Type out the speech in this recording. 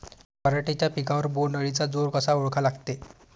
पराटीच्या पिकावर बोण्ड अळीचा जोर कसा ओळखा लागते?